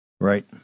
Right